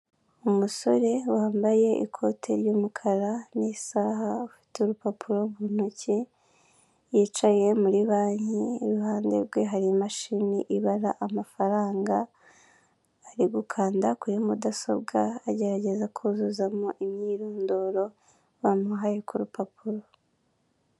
Umusore wambaye ikote ry'umukara n'isha ufite urupapuro mu ntoki yicaye muri banki iruhande rwe hari imashini ibara amafaranga, ari gukanda kuri mudasobwa agerageza kuzuzamo imyirondoro bamuhaye ku rupapuro.